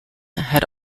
had